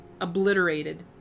obliterated